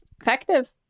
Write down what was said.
Effective